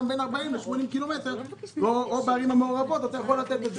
גם בין 40 80 קילומטר או בערים המעורבות אתה יכול לתת את זה,